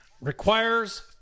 requires